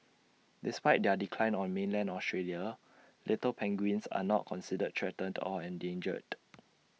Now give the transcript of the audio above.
despite their decline on mainland Australia little penguins are not considered threatened or endangered